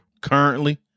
currently